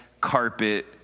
carpet